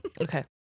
okay